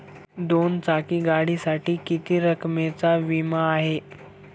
दोन चाकी गाडीसाठी किती रकमेचा विमा आहे?